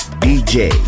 DJ